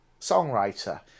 songwriter